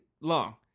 long